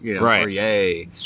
Right